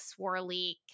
swirly